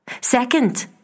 Second